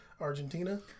Argentina